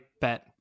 bet